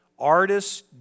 Artists